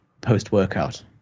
post-workout